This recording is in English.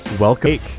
Welcome